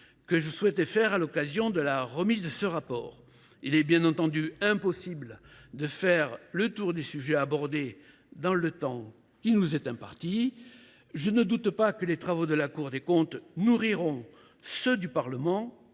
que je souhaitais faire à l’occasion de la présentation de ce rapport. Il était bien entendu impossible de faire le tour des sujets abordés dans le temps qui m’était imparti. Je ne doute pas que les travaux de la Cour des comptes nourriront ceux du Parlement